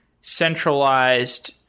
centralized